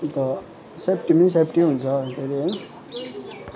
अन्त सेफ्टी पनि सेफ्टी हुन्छ अन्तखेरि है